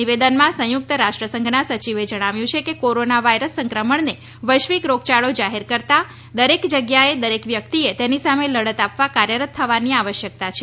નિવેદનમાં સંયુક્ત રાષ્ટ્રસંઘના સચિવે જણાવ્યું છે કે કોરોના વાયરસ સંક્રમણને વૈશ્વિક રોગયાળો જાહેર કરવા સાથે દરેક જગ્યાએ દરેક વ્યક્તિએ તેની સામે લડત આપવા કાર્યરત થવાની આવશ્યકતા છે